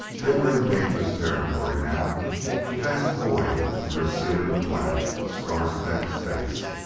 they were in dangerous territory now a vast void under a ceiling of black, star-specked space.